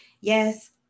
yes